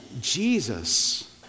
Jesus